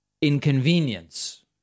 inconvenience